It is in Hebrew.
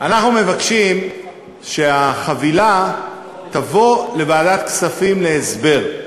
אנחנו מבקשים שהחבילה תבוא לוועדת הכספים להסבר,